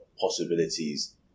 possibilities